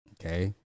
Okay